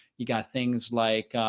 you got things like